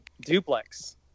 Duplex